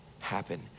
happen